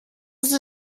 sie